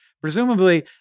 Presumably